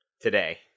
today